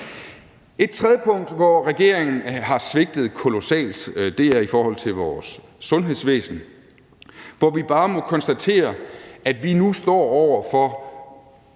Et tredje punkt, hvor regeringen har svigtet kolossalt, er i forbindelse med vores sundhedsvæsen, hvor vi bare må konstatere, at vi nu står over for